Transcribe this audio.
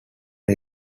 are